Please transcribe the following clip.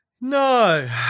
No